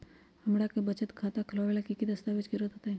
हमरा के बचत खाता खोलबाबे ला की की दस्तावेज के जरूरत होतई?